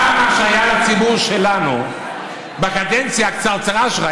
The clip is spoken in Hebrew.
גם מה שהיה לציבור שלנו בקדנציה הקצרצרה שלך,